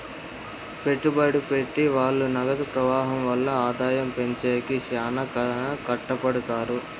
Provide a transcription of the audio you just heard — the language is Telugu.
పెట్టుబడి పెట్టె వాళ్ళు నగదు ప్రవాహం వల్ల ఆదాయం పెంచేకి శ్యానా కట్టపడుతారు